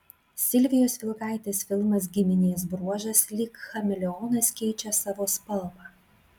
silvijos vilkaitės filmas giminės bruožas lyg chameleonas keičia savo spalvą